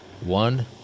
One